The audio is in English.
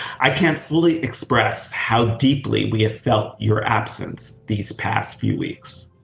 i can't fully express how deeply we have felt your absence these past few weeks,